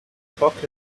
pocket